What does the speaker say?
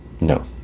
no